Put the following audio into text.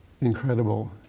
Incredible